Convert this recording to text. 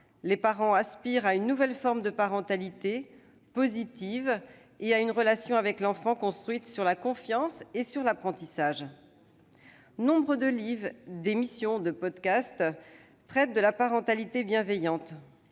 Les parents aspirent à une nouvelle forme de parentalité, positive, et à une relation avec l'enfant construite sur la confiance et l'apprentissage. Nombre de livres, d'émissions, de podcasts traitent de la parentalité bienveillante.